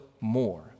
more